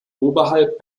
oberhalb